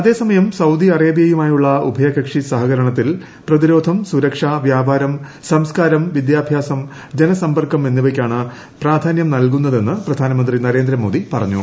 അതേസമയം സൌദി അറേബ്യയുമായുള്ള ഉഭയകക്ഷി സഹ്ഹകരണത്തിൽ പ്രതിരോധം സുരക്ഷ വ്യാപാരം സംസ്കാരം വിദ്യാഭ്യാസം ജനസമ്പർക്കം എന്നിവയ്ക്കാണ് പ്രാധാന്യം നൽകുന്നത്തെന്ന് പ്രധാനമന്ത്രി നരേന്ദ്രമോദി പറഞ്ഞു